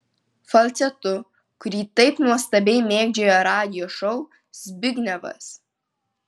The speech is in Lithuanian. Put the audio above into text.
falcetu kurį taip nuostabiai mėgdžioja radijo šou zbignevas